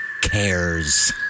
cares